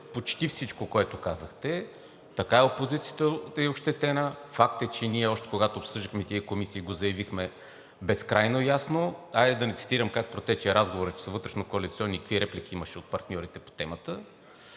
почти всичко, което казахте. Така е, опозицията е ощетена. Факт е, че ние още когато обсъждахме тези комисии, го заявихме безкрайно ясно. Хайде да не цитирам как протече разговорът, че са вътрешнокоалиционни, какви реплики имаше от партньорите по темата,